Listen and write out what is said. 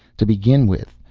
to begin with,